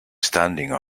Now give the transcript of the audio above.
standing